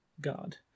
god